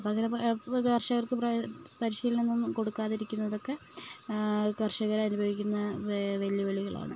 അപ്പം അത് ചിലപ്പം കർഷകർക്ക് പരിശീലനം ഒന്നും കൊടുക്കാതെ ഇരിക്കുന്നതൊക്കെ കർഷകർ അനുഭവിക്കുന്ന വെല്ലുവിളികളാണ്